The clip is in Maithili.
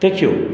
देखियौ